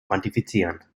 quantifizieren